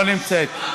לא נמצאת,